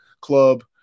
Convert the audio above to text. Club